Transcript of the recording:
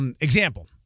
Example